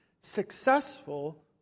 successful